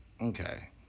Okay